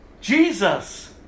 Jesus